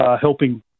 helping